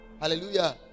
Hallelujah